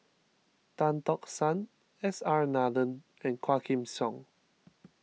Tan Tock San S R Nathan and Quah Kim Song